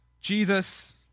Jesus